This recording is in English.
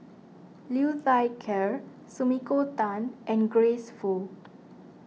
Liu Thai Ker Sumiko Tan and Grace Fu